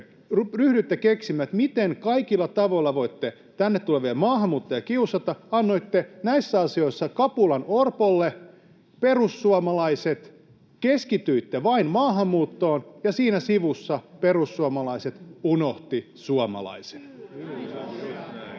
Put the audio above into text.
ryhdyitte keksimään, millä kaikilla tavoilla voitte tänne tulevia maahanmuuttajia kiusata, annoitte näissä asioissa kapulan Orpolle. Perussuomalaiset, keskityitte vain maahanmuuttoon, ja siinä sivussa perussuomalaiset unohtivat suomalaisen.